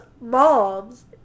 moms